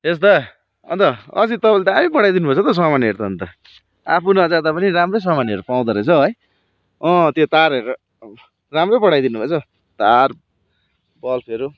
यस दा अन्त अस्ति तपाईँले दामी पठाइदिनु भएछ त सामानहरू त अन्त आफू नजाँदा पनि राम्रै सामानहरू पाउँदोरहेछौ है अँ त्यो तारहरू राम्रो पठाइदिनु भएछ हौ तार बल्बहरू